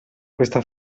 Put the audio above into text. questa